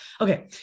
Okay